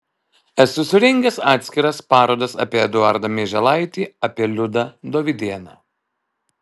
esu surengęs atskiras parodas apie eduardą mieželaitį apie liudą dovydėną